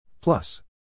Plus